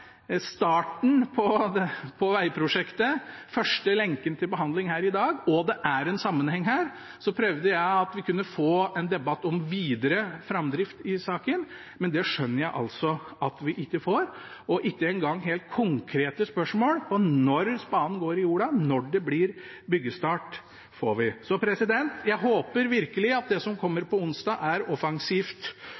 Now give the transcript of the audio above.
starten på vegprosjektet, første lenken, til behandling her i dag, og det er en sammenheng her – til å få en debatt om videre framdrift i saken. Men det skjønner jeg altså at vi ikke får, og ikke engang helt konkrete spørsmål om når spaden går i jorda, når det blir byggestart, får vi svar på. Jeg håper virkelig at det som kommer